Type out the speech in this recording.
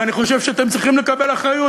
ואני חושב שאתם צריכים לקבל אחריות.